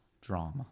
drama